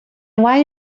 why